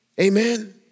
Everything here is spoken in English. Amen